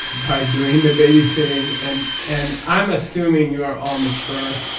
by doing the babysitting and and i'm assuming you are all mature.